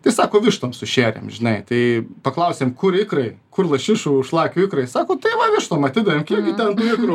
tai sako vištoms sušėrėm žinai tai paklausėm kur ikrai kur lašišų šlakių ikrai sako tai va vištom atidavėm kiek gi ten tų ikrų